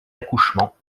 accouchements